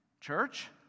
Church